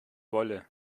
wolle